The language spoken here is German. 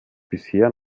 bisher